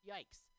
Yikes